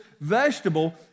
vegetable